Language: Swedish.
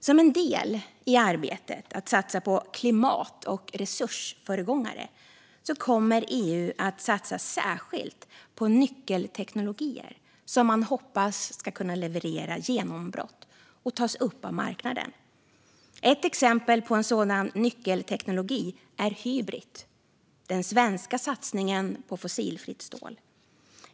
Som en del i arbetet att satsa på klimat och resursföregångare kommer EU att satsa särskilt på nyckelteknologier, som man hoppas ska kunna leverera genombrott och tas upp av marknaden. Ett exempel på en sådan nyckelteknologi är Hybrit, den svenska satsningen på fossilfritt stål.